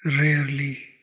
Rarely